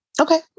okay